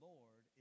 Lord